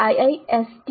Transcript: iistagmail